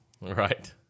Right